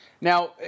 Now